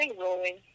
rolling